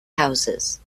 houses